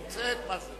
נמצאת.